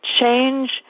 change